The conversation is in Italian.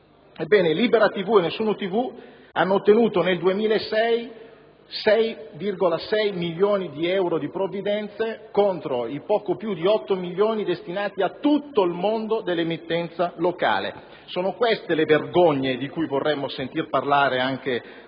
Ebbene, Libera TV e Nessuno TV hanno ottenuto nel 2006 6,6 milioni di euro di provvidenze contro i poco più di 8 milioni destinati a tutto il mondo dell'emittenza locale. Sono queste le vergogne di cui vorremmo sentir parlare anche